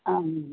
आम्